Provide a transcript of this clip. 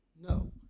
no